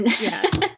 Yes